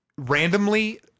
Randomly